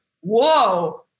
whoa